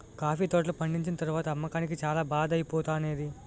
coffee తోటలు పండిచ్చిన తరవాత అమ్మకానికి చాల బాధ ఐపోతానేది